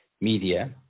media